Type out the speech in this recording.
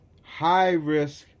high-risk